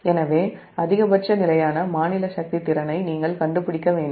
எனவே அதிகபட்ச நிலையான மாநில சக்தி திறனை நீங்கள் கண்டுபிடிக்க வேண்டும்